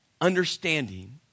understanding